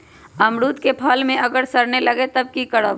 अमरुद क फल म अगर सरने लगे तब की करब?